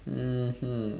mmhmm